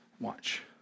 watch